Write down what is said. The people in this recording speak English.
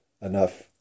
enough